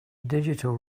digital